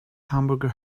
hamburger